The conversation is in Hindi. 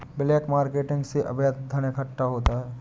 ब्लैक मार्केटिंग से अवैध धन इकट्ठा होता है